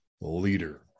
leader